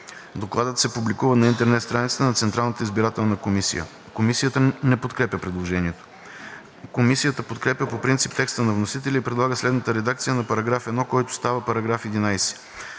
Докладът се публикува на интернет страницата на Централната избирателна комисия.“ Комисията не подкрепя предложението. Комисията подкрепя по принцип текста на вносителя и предлага следната редакция на § 1, който става § 11: „§ 11.